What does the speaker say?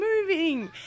moving